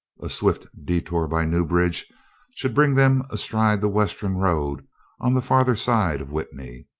a swift detour by newbridge should bring them astride the western road on the farther side of witney.